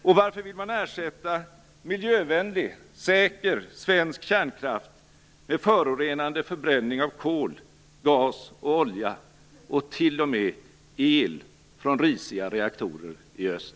Och varför vill man ersätta miljövänlig säker svensk kärnkraft med förorenande förbränning av kol, gas och olja och t.o.m. el från risiga reaktorer i öst?